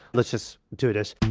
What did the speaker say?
let's just do this.